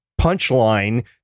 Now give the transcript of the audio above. punchline